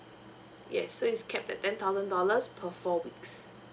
yes so it's capped at ten thousand dollars per four weeks